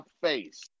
face